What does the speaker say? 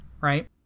right